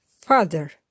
Father